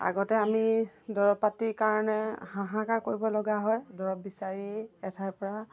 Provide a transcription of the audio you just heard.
আগতে আমি দৰৱ পাতি কাৰণে হাঁহাকাৰ কৰিবলগা হয় দৰৱ বিচাৰি এঠাইৰ পৰা